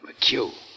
McHugh